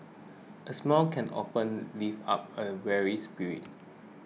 a smile can often lift up a weary spirit